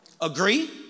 Agree